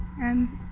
and